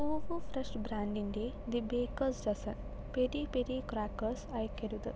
ഹൂവു fresh ബ്രാൻഡിന്റെ the bakers season peri peri crackers അയയ്ക്കരുത്